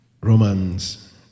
Romans